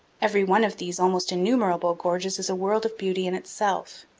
every one of these almost innumerable gorges is a world of beauty in itself.